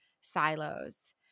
silos